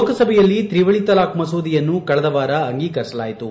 ಲೋಕಸಭೆಯಲ್ಲಿ ತ್ರಿವಳಿ ತಲಾಖ್ ಮಸೂದೆಯನ್ನು ಕಳೆದ ವಾರ ಅಂಗೀಕರಿಸಲಾಯಿತು